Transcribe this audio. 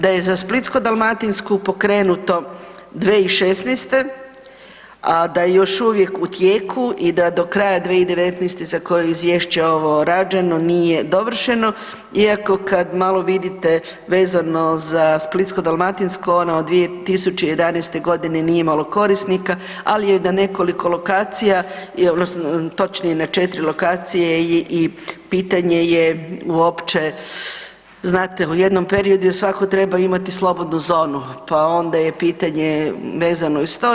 Da je za Splitsko-dalmatinsku pokrenuto 2016., a da je još uvijek u tijeku i da do kraja 2019. za koju je izvješće ovo rađeno nije dovršeno iako kad malo vidite vezano za Splitsko-dalmatinsko ono od 2011. nije imalo korisnika, ali je na nekoliko lokacija, točnije na 4 lokacije i pitanje je uopće znate u jednom periodu je svako trebao imati slobodnu zonu, pa onda je pitanje vezano i uz to.